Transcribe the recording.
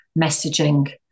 messaging